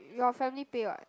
your family pay what